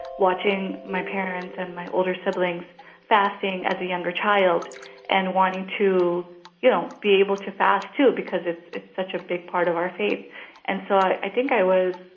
watching my parents and my older siblings fasting as a younger child and wanting to you know be able to fast, too, because it's it's such a big part of our faith and so i think i was